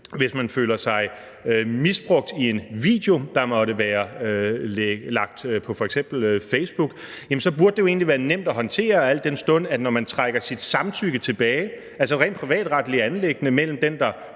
at man føler sig misbrugt i en video, der måtte være lagt på f.eks. Facebook, så burde det jo egentlig være nemt at håndtere, al den stund at når man trækker sit samtykke tilbage – altså et rent privatretligt anliggende mellem den, der